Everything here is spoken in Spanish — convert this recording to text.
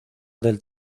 del